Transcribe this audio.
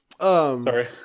Sorry